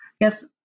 Yes